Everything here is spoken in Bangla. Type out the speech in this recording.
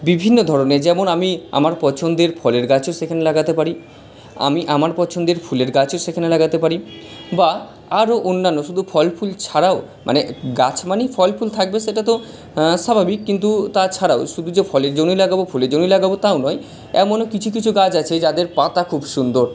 বিভিন্ন ধরণের যেমন আমি আমার পছন্দের ফলের গাছও সেখানে লাগাতে পারি আমি আমার পছন্দের ফুলের গাছও সেখানে লাগাতে পারি বা আরো অন্যান্য শুধু ফল ফুল ছাড়াও মানে গাছ মানেই ফল ফুল থাকবে সেটা তো স্বাভাবিক কিন্তু তা ছাড়াও শুধু যে ফলের জন্যই লাগাবো ফুলের জন্যই লাগাবো তাও নয় এমনো কিছু কিছু গাছ আছে যাদের পাতা খুব সুন্দর